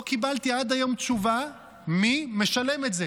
לא קיבלתי עד היום תשובה מי משלם את זה